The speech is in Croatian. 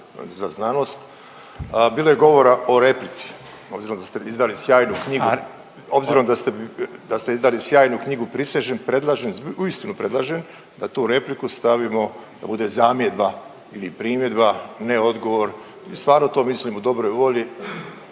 da ste izdali sjajnu knjigu, obzirom da ste izdali sjajnu knjigu prisežem, predlažem uistinu predlažem da tu repliku stavimo da bude zamjedba ili primjedba, ne odgovor. Stvarno to mislim u dobroj volji,